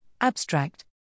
Abstract